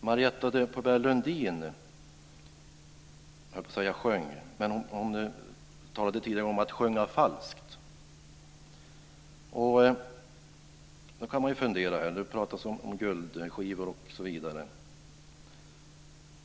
Marietta de Pourbaix-Lundin talade tidigare om att sjunga falskt. Det talas om guldskivor osv.